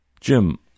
Jim